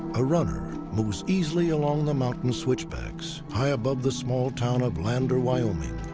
a runner moves easily along the mountain switchbacks, high above the small town of lander, wyoming.